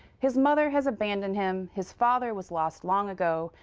his mother has abandoned him, his father was lost long ago,